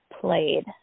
played